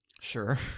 Sure